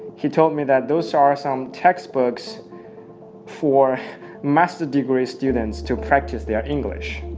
he told me that those are some textbooks for master degree students to practice their english.